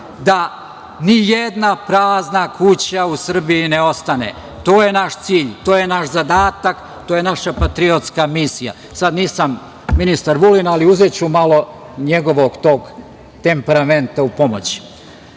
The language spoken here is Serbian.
da nijedna prazna kuća u Srbiji ne ostane, tu je naš cilj, to je naš zadatak, to je naša patriotska misija. Nisam ministar Vulin, ali uzeću malo tog njegovog temperamenta u pomoć.